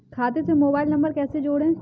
खाते से mobile number कैसे जोड़ें?